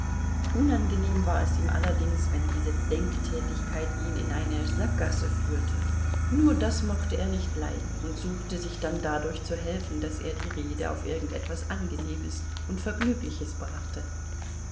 unangenehm war es ihm allerdings wenn diese denktätigkeit ihn in eine sackgasse führte nur das mochte er nicht leiden und suchte sich dann dadurch zu helfen daß er die rede auf irgend etwas angenehmes und vergnügliches brachte